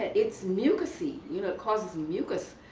it's mucusy, you know it causes mucus.